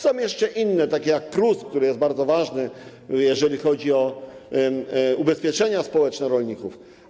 Są jeszcze inne, takie jak KRUS, który jest bardzo ważny, jeżeli chodzi o ubezpieczenia społeczne rolników.